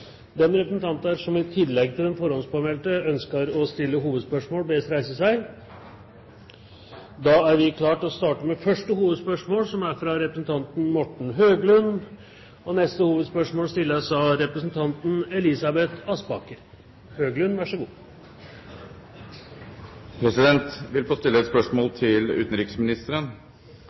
representanter som i tillegg til de forhåndspåmeldte ønsker å stille hovedspørsmål, bes reise seg. Da er vi klare til å starte med første hovedspørsmål, som er fra representanten Morten Høglund. Jeg vil få stille et spørsmål til utenriksministeren. For få dager siden ble NATO og Russland enige om å samarbeide om utviklingen av et